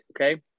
Okay